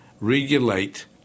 regulate